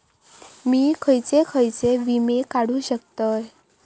मी खयचे खयचे विमे काढू शकतय?